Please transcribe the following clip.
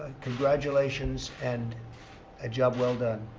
congratulations. and a job well done.